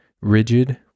rigid